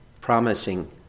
promising